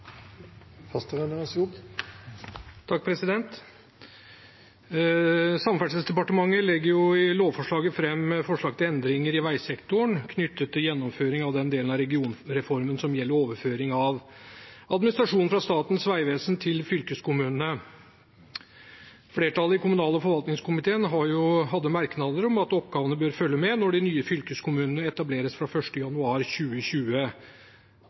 Samferdselsdepartementet legger i lovforslaget fram forslag til endringer i veisektoren knyttet til gjennomføring av den delen av regionreformen som gjelder overføring av administrasjon fra Statens vegvesen til fylkeskommunene. Flertallet i kommunal- og forvaltningskomiteen hadde merknader om at oppgavene bør følge med når de nye fylkeskommunene etableres fra 1. januar 2020